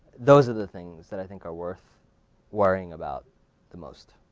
those are the things that i think are worth worrying about the most.